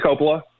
Coppola